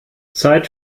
zeit